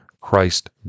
Christ